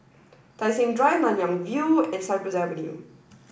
Tai Seng Drive Nanyang View and Cypress Avenue